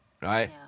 right